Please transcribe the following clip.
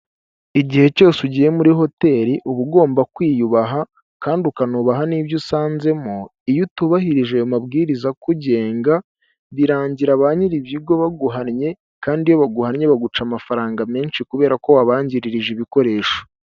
Igihe cyose ugiye muri hoteri uba ugomba kwiyubaha kandi ukanubaha n'ibyo usanzemo iyo utubahirije ayo mabwiriza akugenga birangira ba nyir'ibigo baguhannye kandi iyo baguhannye baguca amafaranga menshi kubera ko wabangirije ibikoresho.